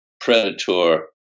predator